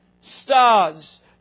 Stars